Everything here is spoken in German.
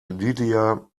lydia